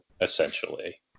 essentially